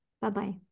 Bye-bye